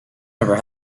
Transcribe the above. never